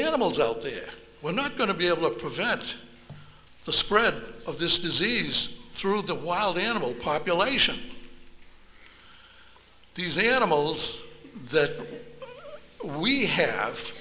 animals out there we're not going to be able to prevent the spread of this disease through the wild animal population these animals that we have